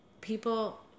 people